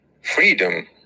freedom